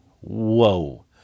whoa